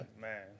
Man